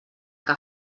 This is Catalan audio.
que